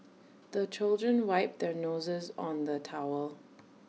the children wipe their noses on the towel